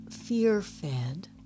fear-fed